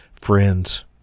Friends